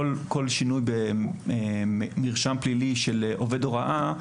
לגבי כל שינוי במרשם הפלילי של עובד הוראה,